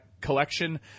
collection